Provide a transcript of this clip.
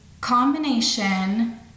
combination